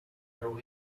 arrow